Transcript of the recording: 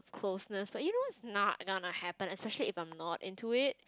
closeness but you know it's not gonna happen especially if I'm not into it